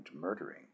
murdering